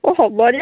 অঁ হ'ব দে